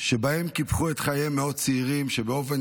שבהם קיפחו את חייהם מאות צעירים ובאופן